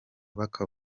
bavuga